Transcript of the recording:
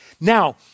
Now